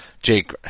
Jake